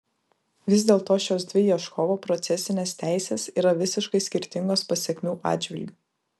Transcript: vis dėlto šios dvi ieškovo procesinės teisės yra visiškai skirtingos pasekmių atžvilgiu